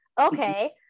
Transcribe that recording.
Okay